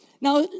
Now